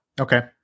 okay